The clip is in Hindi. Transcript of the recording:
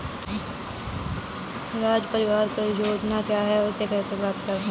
राष्ट्रीय परिवार लाभ परियोजना क्या है और इसे कैसे प्राप्त करते हैं?